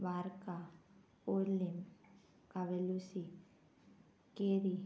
वार्का ओलीम कावेलुसी केरी